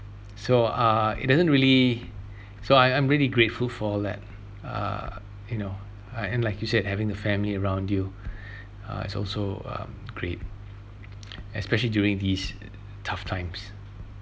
so uh it doesn't really so I I am really grateful for that uh you know like and like you said having the family around you uh it's also um great especially during these tough times